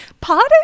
Pardon